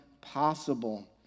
possible